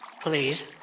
please